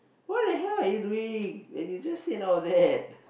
what the hell are you doing and you just said out that